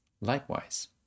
Likewise